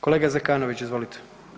Kolega Zekanović, izvolite.